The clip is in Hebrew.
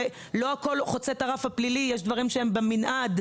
ולא הכול חוצה את הרף הפלילי ושיש דברים שהם במנעד.